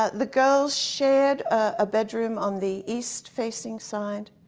ah the girls shared a bedroom on the east-facing side.